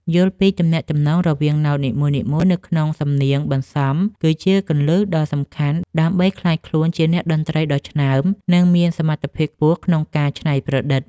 យល់ពីទំនាក់ទំនងរវាងណោតនីមួយៗនៅក្នុងសំនៀងបន្សំគឺជាគន្លឹះដ៏សំខាន់ដើម្បីក្លាយខ្លួនជាអ្នកតន្ត្រីដ៏ឆ្នើម និងមានសមត្ថភាពខ្ពស់ក្នុងការច្នៃប្រឌិត។